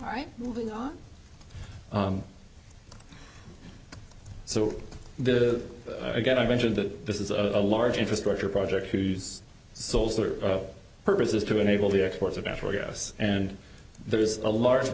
standing so the again i mentioned that this is a large infrastructure project whose souls are purpose is to enable the exports of natural gas and there is a large